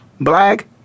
black